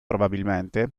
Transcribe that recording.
probabilmente